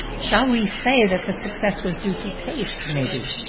shall we say that the success was due to taste, maybe?